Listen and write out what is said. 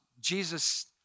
Jesus